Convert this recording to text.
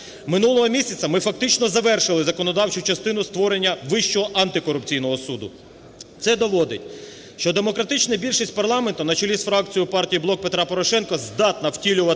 Минулого місяця ми фактично завершили законодавчу частину створення Вищого антикорупційного суду, це доводить, що демократична більшість парламенту на чолі з фракцією партії "Блок Петра Порошенка" здатна втілювати